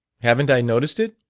haven't i noticed it?